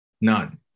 None